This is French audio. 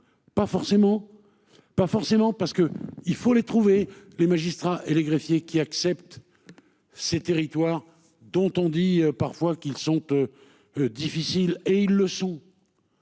Pas forcément. Pas forcément parce que il faut les trouver les magistrats et les greffiers qui acceptent. Ces territoires dont on dit parfois qu'ils sont. Difficiles et ils le sont.